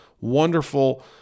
wonderful